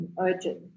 urgent